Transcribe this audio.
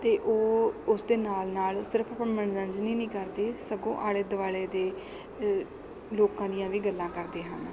ਅਤੇ ਉਹ ਉਸ ਦੇ ਨਾਲ ਨਾਲ ਸਿਰਫ ਮਨੋਰੰਜਨ ਹੀ ਨਹੀਂ ਕਰਦੇ ਸਗੋਂ ਆਲੇ ਦੁਆਲੇ ਦੇ ਲੋਕਾਂ ਦੀਆਂ ਵੀ ਗੱਲਾਂ ਕਰਦੇ ਹਨ